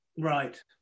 Right